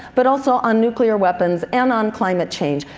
but also on nuclear weapons and on climate change.